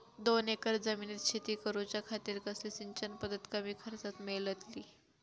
दोन एकर जमिनीत शेती करूच्या खातीर कसली सिंचन पध्दत कमी खर्चात मेलतली?